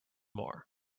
more